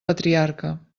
patriarca